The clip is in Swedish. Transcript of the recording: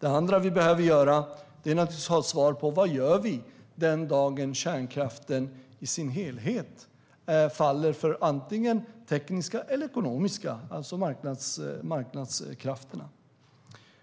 Det andra är att vi naturligtvis behöver ha ett svar på vad vi gör den dagen kärnkraften i sin helhet faller för tekniken eller det ekonomiska, alltså marknadskrafterna.